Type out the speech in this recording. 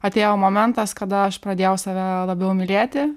atėjo momentas kada aš pradėjau save labiau mylėti